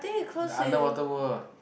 the underwater world what